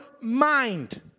mind